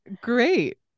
Great